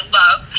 love